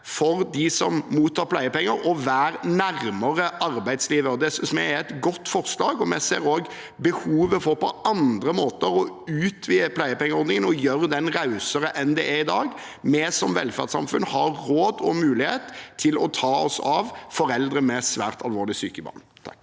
for dem som mottar pleiepenger, å være nærmere arbeidslivet. Det synes vi er et godt forslag, og vi ser også behovet for andre måter å utvide pleiepengeordningen på og gjøre den rausere enn den er i dag. Vi som velferdssamfunn har råd og mulighet til å ta oss av foreldre med svært alvorlig syke barn.